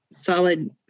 solid